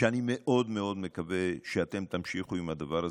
ואני מאוד מקווה שאתם תמשיכו עם הדבר הזה,